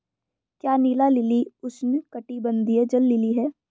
क्या नीला लिली उष्णकटिबंधीय जल लिली है?